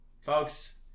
folks